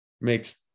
makes